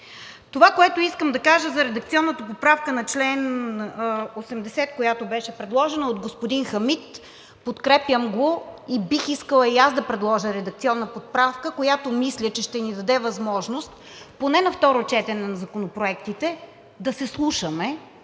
Това, което искам да кажа за редакционната поправка на чл. 80, която беше предложена от господин Хамид – подкрепям го. Бих искала и аз да предложа редакционна поправка, която мисля, че ще ни даде възможност поне на второ четене на законопроектите да се слушаме,